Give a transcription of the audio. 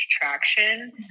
traction